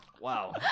Wow